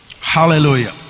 Hallelujah